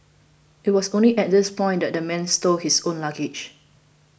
it was only at this point that the man stowed his own luggage